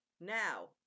now